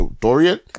Dorian